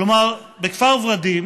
כלומר, בכפר ורדים